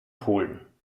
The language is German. polen